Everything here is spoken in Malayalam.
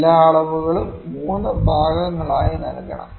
എല്ലാ അളവുകളും 3 ഭാഗങ്ങളായി നൽകണം